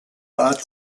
bat